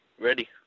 Ready